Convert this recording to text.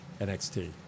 nxt